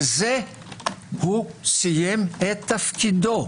בזה הוא סיים את תפקידו.